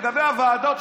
לגבי הוועדות,